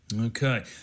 okay